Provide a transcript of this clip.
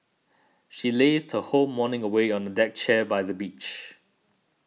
she lazed whole morning away on a deck chair by the beach